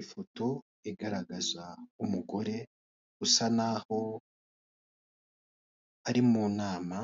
Ifoto igaragaza umugore usa naho ari mu nama